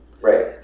Right